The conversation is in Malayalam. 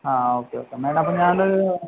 ആ ഓക്കെ ഓക്കെ മേടം അപ്പോള് ഞാന്